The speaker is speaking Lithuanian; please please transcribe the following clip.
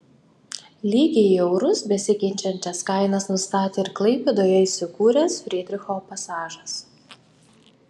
lygiai į eurus besikeičiančias kainas nustatė ir klaipėdoje įsikūręs frydricho pasažas